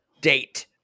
date